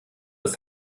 ist